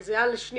וזה היה לשנייה,